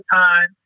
time